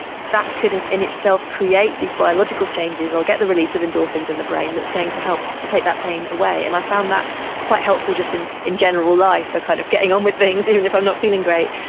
that could in in itself create these biological changes, i'll get the release of endorphins in the brain that's going to help take that pain away. and i found that quite helpful just in in general life, kind of getting on with things even if i'm not feeling great.